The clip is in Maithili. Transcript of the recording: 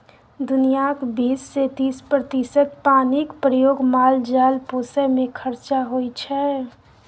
दुनियाँक बीस सँ तीस प्रतिशत पानिक प्रयोग माल जाल पोसय मे खरचा होइ छै